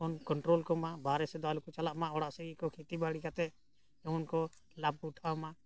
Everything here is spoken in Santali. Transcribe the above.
ᱠᱚᱱᱴᱨᱳᱞ ᱠᱚᱢᱟ ᱵᱟᱨᱦᱮ ᱥᱮᱫ ᱫᱚ ᱟᱞᱚᱠᱚ ᱪᱟᱞᱟᱜᱼᱢᱟ ᱚᱲᱟᱜ ᱥᱮᱫ ᱜᱮᱠᱚ ᱠᱷᱮᱛᱤ ᱵᱟᱲᱤ ᱠᱟᱛᱮᱫ ᱮᱢᱚᱱ ᱠᱚ ᱞᱟᱵᱷ ᱠᱚ ᱩᱴᱷᱟᱹᱣᱢᱟ